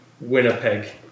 Winnipeg